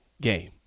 game